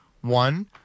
One—